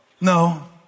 No